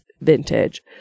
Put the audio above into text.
Vintage